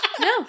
No